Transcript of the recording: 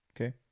okay